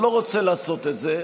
אני לא רוצה לעשות את זה.